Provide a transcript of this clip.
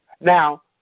Now